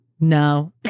no